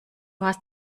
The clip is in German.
hast